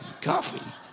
coffee